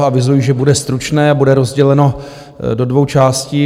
Avizuji, že bude stručné a bude rozděleno do dvou částí.